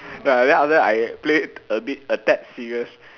then after that I played a bit a tad serious